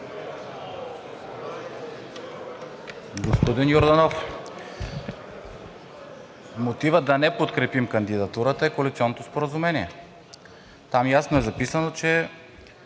Господин Йорданов, мотивът да не подкрепим кандидатурата е коалиционното споразумение. Там ясно е записано, че